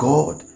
God